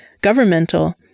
governmental